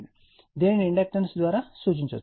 కాబట్టి దీనిని ఇండక్టెన్స్ ద్వారా సూచించవచ్చు